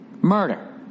murder